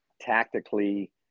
tactically